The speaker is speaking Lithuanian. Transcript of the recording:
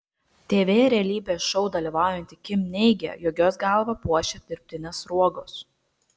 tv realybės šou dalyvaujanti kim neigia jog jos galvą puošia dirbtinės sruogos